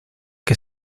que